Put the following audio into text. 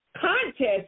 contest